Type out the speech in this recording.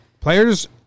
Players